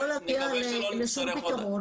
נקווה שלא נצטרך עוד הרבה.